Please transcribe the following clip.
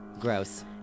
Gross